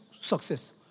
success